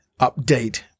update